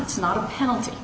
it's not a penalty